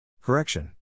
Correction